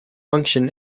function